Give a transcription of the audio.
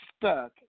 stuck